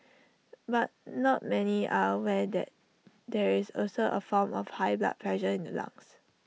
but not many are aware that there is also A form of high blood pressure in the lungs